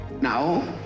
now